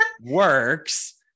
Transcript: works